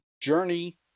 journey